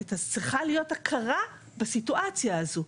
צריכה להיות הכרה בסיטואציה הזאת,